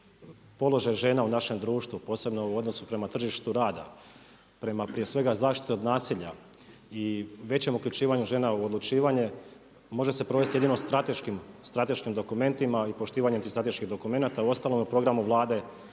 položaj žena u našem društvu, posebno u odnosu prema tržištu rada, prema prije svega zaštiti od nasilja i većem uključivanju žena u odlučivanje, može se provesti jedino strateškim dokumentima i poštivanjem tih strateških dokumenata, uostalom u programu Vlade